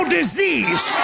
disease